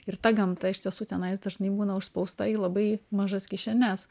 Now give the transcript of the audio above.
ir ta gamta iš tiesų tenais dažnai būna užspausta į labai mažas kišenes